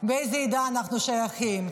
לאיזה עדה אנחנו שייכים,